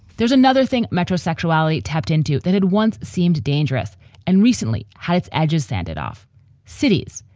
there's another thing. metro sexuality tapped into that had once seemed dangerous and recently had its edges sanded off cities.